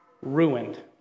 ruined